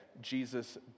Jesus